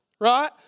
right